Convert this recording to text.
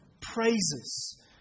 praises